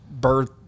birth